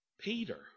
Peter